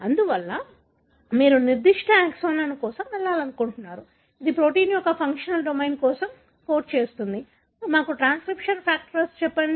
అందువల్ల మీరు నిర్దిష్ట ఎక్సోన్ల కోసం వెళ్లాలనుకుంటున్నారు ఇది ప్రోటీన్ యొక్క ఫంక్షనల్ డొమైన్ కోసం కోడ్ చేస్తుంది మాకు ట్రాన్స్క్రిప్షన్ ఫ్యాక్టర్ చెప్పండి